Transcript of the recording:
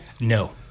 No